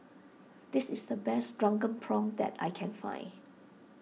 this is the best Drunken Prawns that I can find